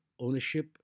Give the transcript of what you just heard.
ownership